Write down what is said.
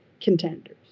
contenders